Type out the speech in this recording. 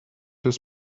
his